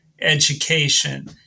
education